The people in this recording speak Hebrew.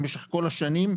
במשך כל השנים,